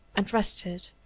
and rested,